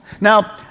Now